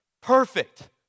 perfect